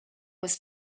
was